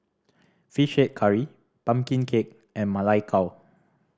Fish Head Curry pumpkin cake and Ma Lai Gao